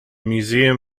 museum